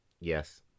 Yes